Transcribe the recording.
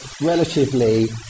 relatively